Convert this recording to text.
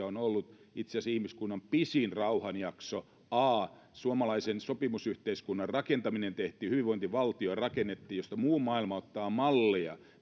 on ollut itse asiassa ihmiskunnan pisin rauhan jakso tällöin suomalaisen sopimusyhteiskunnan rakentaminen tehtiin hyvinvointivaltio rakennettiin mistä muu maailma ottaa mallia